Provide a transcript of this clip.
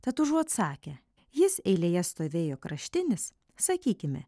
tad užuot sakę jis eilėje stovėjo kraštinis sakykime